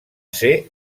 ser